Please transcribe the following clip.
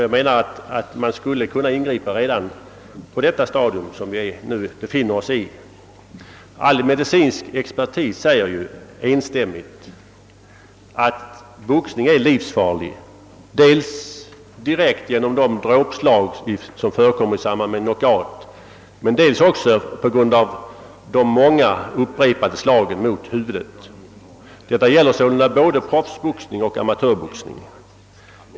Jag menar att man skulle kunna ingripa redan på det stadium där vi nu befinner oss. All medicinsk expertis uttalar enstämmigt, att boxningen är livsfarlig dels direkt genom de dråpslag som utdelas i samband med en knockout, dels på grund av de många upprepade slagen mot huvudet. Detta gäller sålunda både proffsboxning och amatörboxning.